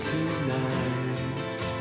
Tonight